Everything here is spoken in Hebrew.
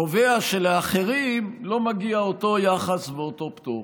קובע שלאחרים לא מגיע אותו יחס ואותו פטור.